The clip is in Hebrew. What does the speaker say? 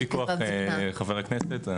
אין ויכוח חבר הכנסת,